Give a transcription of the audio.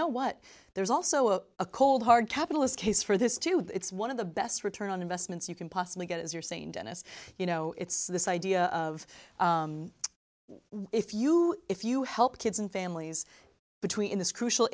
know what there's also a a cold hard capitalist case for this to it's one of the best return on investments you can possibly get as you're saying dennis you know it's this idea of if you if you help kids and families between this crucial